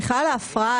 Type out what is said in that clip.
אני צריך לאשר את זה,